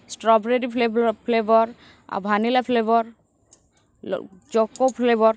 strawberry flavour flavour ଆଉ vanilla flavour choco flavour